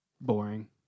boring